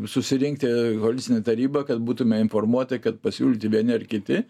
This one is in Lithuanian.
susirinkti koalicinę tarybą kad būtume informuoti kad pasiūlyti vieni ar kiti